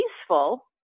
peaceful